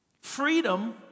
Freedom